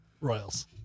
Royals